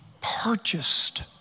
purchased